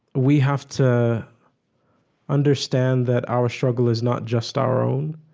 we have to understand that our struggle is not just our own.